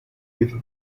his